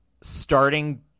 starting